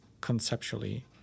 conceptually